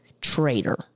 traitor